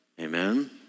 Amen